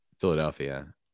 Philadelphia